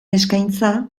eskaintza